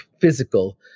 physical